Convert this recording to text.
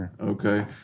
Okay